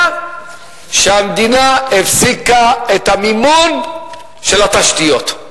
הוא שהמדינה הפסיקה את המימון של התשתיות.